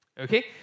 okay